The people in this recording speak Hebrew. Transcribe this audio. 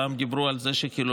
פעם דיברו על זה שחילונים